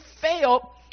fail